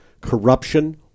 corruption